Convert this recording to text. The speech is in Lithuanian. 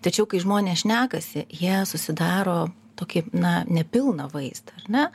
tačiau kai žmonės šnekasi jie susidaro tokį na ne pilną vaizdą ar ne